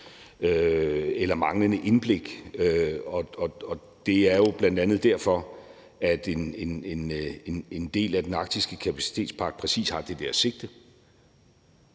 eller manglende indblik. Og det er jo bl.a. derfor, at en del af den arktiske kapacitetspakke præcis har det der sigte.